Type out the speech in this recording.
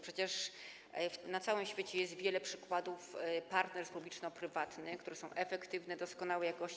Przecież na całym świecie jest wiele przykładów partnerstw publiczno-prywatnych, które są efektywne, doskonałej jakości.